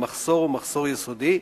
המחסור הוא מחסור יסודי,